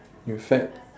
in fact